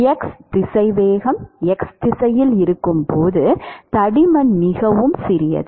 x திசைவேகம் x திசையில் இருக்கும் போது தடிமன் மிகவும் சிறியது